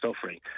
suffering